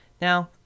Now